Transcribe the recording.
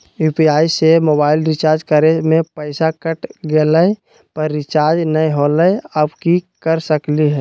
UPI से mobile recharge करे में पैसा कट गेलई, पर रिचार्ज नई होलई, अब की कर सकली हई?